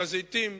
הר-הזיתים,